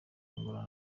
angola